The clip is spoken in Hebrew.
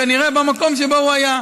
כנראה במקום שבו הוא היה.